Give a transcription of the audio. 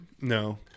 No